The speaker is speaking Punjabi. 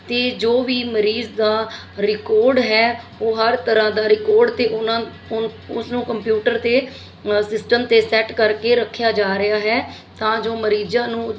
ਅਤੇ ਜੋ ਵੀ ਮਰੀਜ਼ ਦਾ ਰਿਕੋਡ ਹੈ ਉਹ ਹਰ ਤਰ੍ਹਾਂ ਦਾ ਰਿਕੋਡ ਅਤੇ ਉਹਨਾਂ ਉ ਉਸਨੂੰ ਕੰਪਿਊਟਰ 'ਤੇ ਸਿਸਟਮ 'ਤੇ ਸੈੱਟ ਕਰਕੇ ਰੱਖਿਆ ਜਾ ਰਿਹਾ ਹੈ ਤਾਂ ਜੋ ਮਰੀਜ਼ਾਂ ਨੂੰ